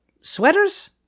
sweaters